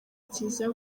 kiriziya